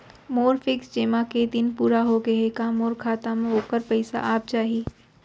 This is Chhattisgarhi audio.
मोर फिक्स जेमा के दिन पूरा होगे हे का मोर खाता म वोखर पइसा आप जाही?